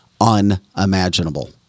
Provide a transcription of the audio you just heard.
unimaginable